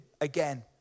again